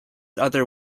other